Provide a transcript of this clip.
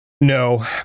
No